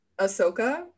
Ahsoka